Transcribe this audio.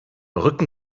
rücken